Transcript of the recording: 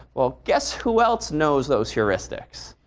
well, guess who else knows those heuristics?